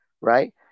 right